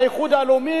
מהאיחוד הלאומי,